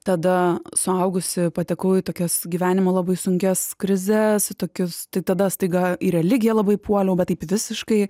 tada suaugusi patekau į tokias gyvenimo labai sunkias krizes į tokius tai tada staiga į religiją labai puoliau bet taip visiškai